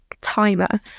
timer